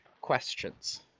questions